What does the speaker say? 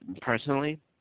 personally